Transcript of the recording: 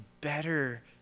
better